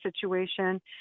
situation